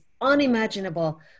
unimaginable